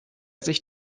sich